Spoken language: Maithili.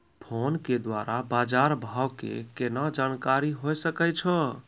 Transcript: फोन के द्वारा बाज़ार भाव के केना जानकारी होय सकै छौ?